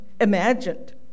imagined